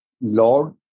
Lord